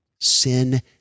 Sin